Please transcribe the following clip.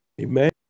Amen